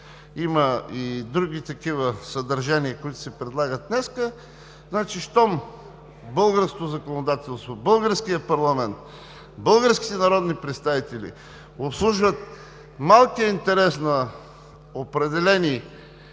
има и други такива съдържания, които се предлагат днес. Щом българското законодателство, българският парламент, българските народни представители обслужват малкия интерес на определени